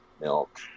milk